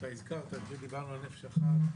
שהזכרת כשדיברנו על "נפש אחת",